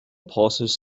passes